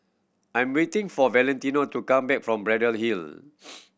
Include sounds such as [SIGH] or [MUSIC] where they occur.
I'm waiting for Valentino to come back from Braddell Hill [NOISE]